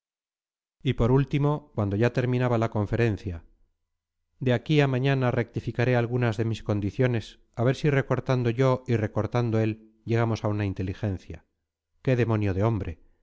y por último cuando ya terminaba la conferencia de aquí a mañana rectificaré algunas de mis condiciones a ver si recortando yo y recortando él llegamos a una inteligencia qué demonio de hombre